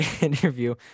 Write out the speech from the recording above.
interview